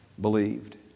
believed